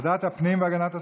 ועדת הפנים והגנת הסביבה,